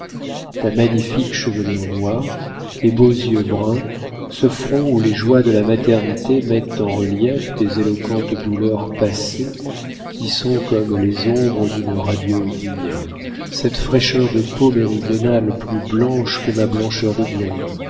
ta magnifique chevelure noire tes beaux yeux bruns ce front où les joies de la maternité mettent en relief tes éloquentes douleurs passées qui sont comme les ombres d'une radieuse lumière cette fraîcheur de peau méridionale plus blanche que ma blancheur de blonde